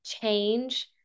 change